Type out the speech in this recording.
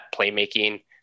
playmaking